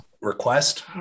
request